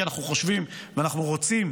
כי אנחנו חושבים ואנחנו רוצים